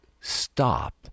stop